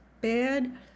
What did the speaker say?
bad